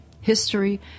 history